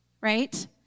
right